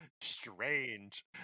strange